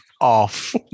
off